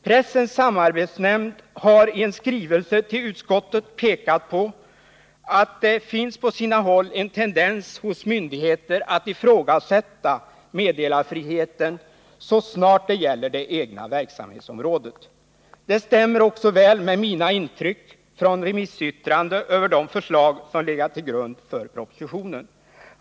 Pressens samarbetsnämnd har i skrivelse till utskottet påpekat att det på sina håll i myndigheter finns en tendens att ifrågasätta meddelarfriheten så snart det gäller det egna verksamhetsområdet. Det stämmer också väl med mina intryck från remissyttranden över de förslag som legat till grund för propositionen.